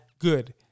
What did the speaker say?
Good